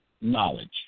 knowledge